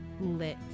lit